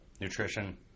nutrition